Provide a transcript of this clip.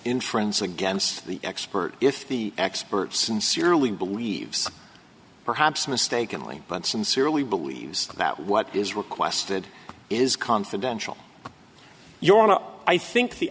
introns against the expert if the expert sincerely believes perhaps mistakenly but sincerely believes that what is requested is confidential your not i think the